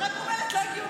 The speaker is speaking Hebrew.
רק אומרת, לא הגיוני.